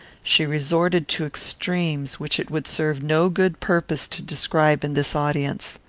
she resorted to extremes which it would serve no good purpose to describe in this audience.